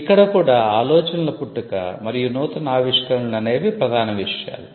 ఇక్కడ కూడా ఆలోచనల పుట్టుక మరియు నూతన ఆవిష్కరణలు అనేవి ప్రధాన విషయాలు